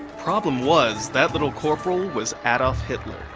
problem was that little corporal was adolf hitler,